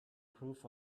proof